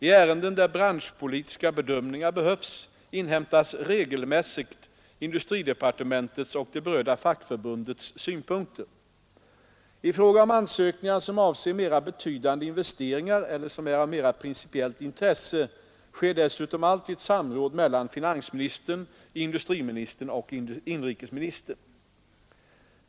I ärenden där branschpolitiska bedömningar behövs inhämtas regelmässigt industridepartementets och det berörda fackförbundets synpunkter. I fråga om ansökningar som avser mera betydande investeringar eller som är av mera principiellt intresse sker dessutom alltid ett samråd mellan finansministern, industriministern och inrikesministern.